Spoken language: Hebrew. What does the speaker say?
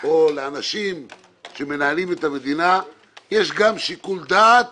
או לאנשים שמנהלים את המדינה יש גם שיקול דעת